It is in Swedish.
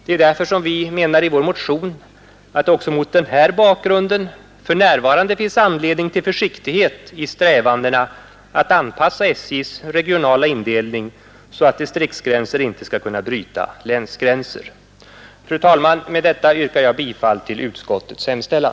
Det är därför vi menar i vår motion att det också mot den här bakgrunden för närvarande finns anledning till försiktighet i strävandena att anpassa SJ:s regionala indelning så att distriktsgränser inte skall kunna bryta länsgränser. Herr talman! Med detta yrkar jag bifall till utskottets hemställan.